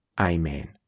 Amen